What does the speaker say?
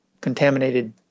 contaminated